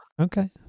okay